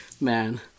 Man